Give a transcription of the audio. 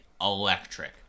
electric